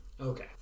Okay